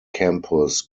campus